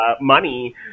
money